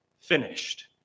finished